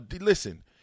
listen